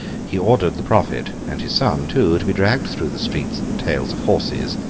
he ordered the prophet and his son too to be dragged through the streets at the tails of horses,